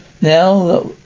Now